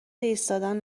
ایستادن